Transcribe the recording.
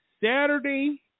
Saturday